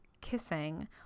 kissing